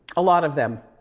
a lot of them,